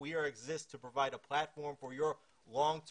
איך ליצור את הפלטפורמות האלה,